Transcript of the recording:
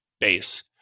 base